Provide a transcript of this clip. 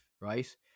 right